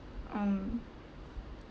ah um